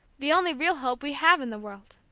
the only real hope we have in the world!